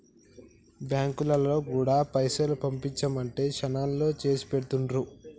బాంకులోల్లు గూడా పైసలు పంపించుమంటే శనాల్లో చేసిపెడుతుండ్రు